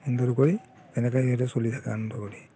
সুন্দৰকৈ তেনেকৈ সিহঁতে চলি থাকে আনন্দ কৰি